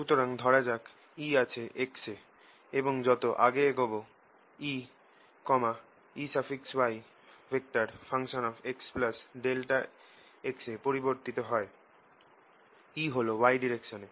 সুতরাং ধরা যাক E আছে x এ এবং যত আগে এগোবে E Eyx∆x এ পরিবর্তিত হয় E হল y ডাইরেকশন